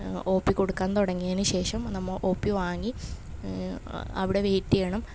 ഓ P കൊടുക്കാൻ തുടങ്ങിയതിന് ശേഷം നമ്മൾ ഓ പ്പി വാങ്ങി അവിടെ വെയ്റ്റ് ചെയ്യണം പത്ത് പത്ത് മണി